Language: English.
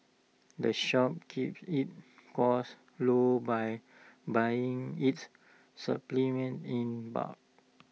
the shop keeps its costs low by buying its supplement in bulk